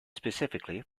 specifically